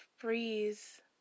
breeze